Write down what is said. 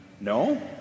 No